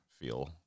feel